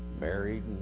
married